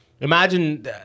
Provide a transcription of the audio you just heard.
imagine